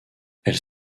elles